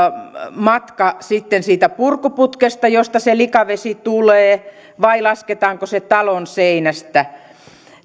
matka sitten siitä purkuputkesta josta se likavesi tulee vai lasketaanko se talon seinästä